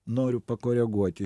noriu pakoreguoti